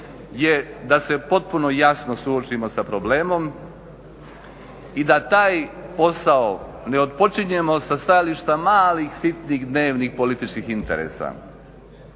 je da se potpuno jasno suočio sa problemom i da taj posao ne otpočinjemo sa stajališta malih, sitnih dnevnih političkih interesa